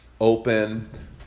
open